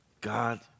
God